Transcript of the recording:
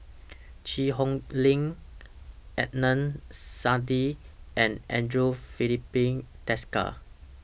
Cheang Hong Lim Adnan Saidi and Andre Filipe Desker